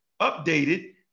updated